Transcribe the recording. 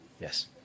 Yes